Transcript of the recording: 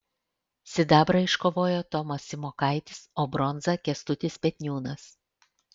sidabrą iškovojo tomas simokaitis o bronzą kęstutis petniūnas